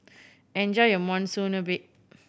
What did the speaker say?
enjoy your Monsunabe